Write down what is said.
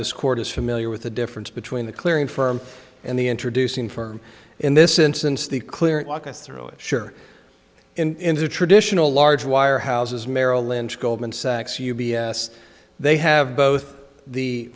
this court is familiar with the difference between the clearing firm and the introducing firm in this instance the clearing walk us through it sure in the traditional large wire houses merrill lynch goldman sachs u b s they have both the